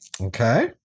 Okay